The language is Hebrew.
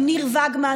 עם ניר ונגר,